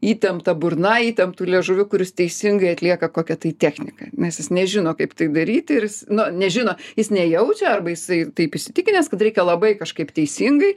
įtempta burna įtemptu liežuviu kuris teisingai atlieka kokią tai techniką nes jis nežino kaip tai daryti ir jis nu nežino jis nejaučia arba jisai taip įsitikinęs kad reikia labai kažkaip teisingai